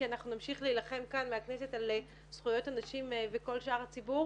כי אנחנו להילחם כאן מהכנסת על זכויות הנשים וכל שאר הציבור.